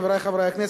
חברי חברי הכנסת,